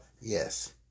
Yes